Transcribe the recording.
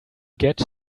get